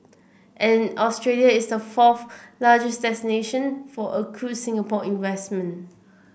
and Australia is the fourth largest destination for accrued Singapore investment